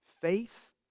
Faith